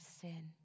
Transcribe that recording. sin